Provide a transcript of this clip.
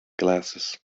glasses